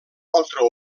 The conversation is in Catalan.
altra